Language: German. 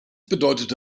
bedeutete